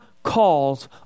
Calls